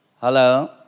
Hello